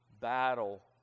battle